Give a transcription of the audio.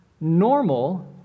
normal